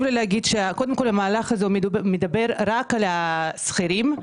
המהלך הזה מדבר רק על השכירים,